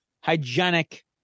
hygienic